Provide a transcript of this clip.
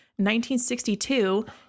1962